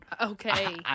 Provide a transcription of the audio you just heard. Okay